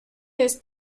his